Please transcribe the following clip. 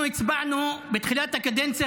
אנחנו הצבענו בתחילת הקדנציה,